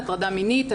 הטרדה מינית,